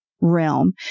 realm